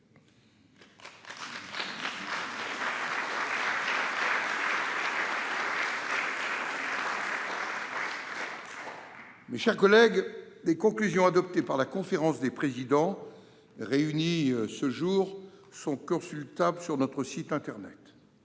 Mes chers collègues, les conclusions adoptées par la conférence des présidents réunie ce jour sont consultables sur le site internet